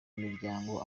miryango